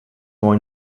more